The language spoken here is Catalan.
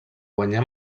guanyà